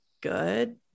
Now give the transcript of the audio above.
good